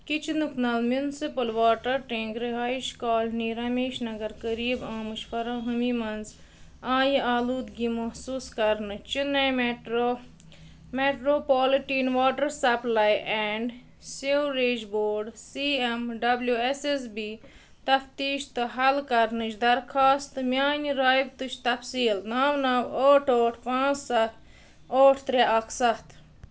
کِچنُک نل municipal water tank رِہایِش colony Rameshnagar قریٖب آمٕچ فرٲہمی منٛز آیہِ آلودگی محسوٗس کرنہٕ چِنَے metro metropolitan water supply and sewerage board C M W S S B تفتیٖش تہٕ حل کَرنٕچ درخاستہٕ میٛانہِ رابطٕچ تفصیٖل نَو نَو ٲٹھ ٲٹھ پانٛژھ سَتھ ٲٹھ ترٛےٚ اَکھ سَتھ